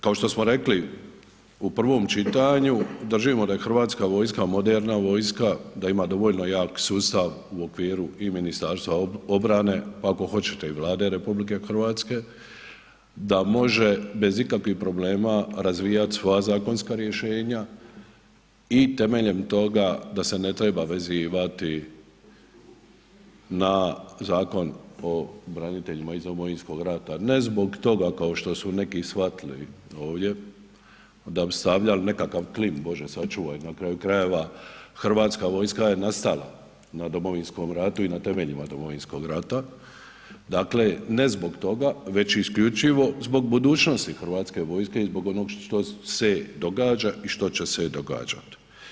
Kao što smo rekli, u prvom čitanju, držimo da je hrvatska vojka moderna vojska, da ima dovoljno jak sustav u okviru i MORH-a pa ako hoćete i Vlade RH, da može bez ikakvih problema razvijat svoja zakonska rješenja i temeljem toga da se ne treba vezivati na Zakon o braniteljima iz Domovinskog rata, ne zbog toga kao što su neki shvatili ovdje da bi stavljali nekakav klin, bože sačuvaj, na kraju krajeva, hrvatska vojska je nastala na Domovinskom ratu i na temeljima Domovinskog rata, dakle ne zbog toga već isključivo zbog budućnosti hrvatske vojske i zbog onog što se događa i što će se događati.